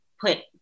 put